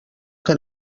que